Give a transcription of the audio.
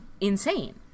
insane